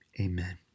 amen